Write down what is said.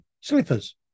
Slippers